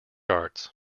arts